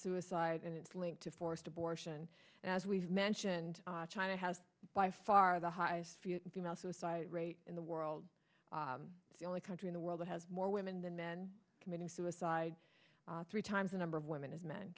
suicide and it's linked to forced abortion and as we mentioned china has by far the highest suicide rate in the world the only country in the world that has more women than men committing suicide three times the number of women and men